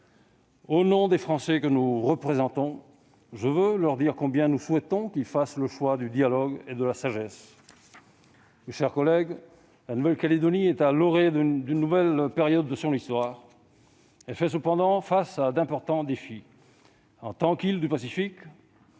Au nom des Français que nous représentons, je veux leur dire combien nous souhaitons qu'ils fassent le choix du dialogue et de la sagesse. Mes chers collègues, la Nouvelle-Calédonie est à l'orée d'une nouvelle période de son histoire. Elle fait cependant face à d'importants défis. En tant qu'île du Pacifique,